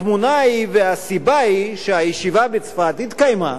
התמונה היא, הסיבה היא, שהישיבה בצפת התקיימה